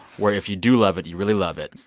where if you do love it, you really love it,